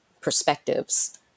perspectives